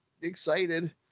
excited